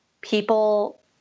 people